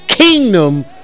kingdom